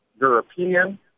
European